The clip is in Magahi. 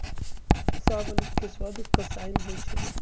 शाहबलूत के सवाद कसाइन्न होइ छइ